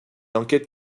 enquête